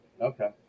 Okay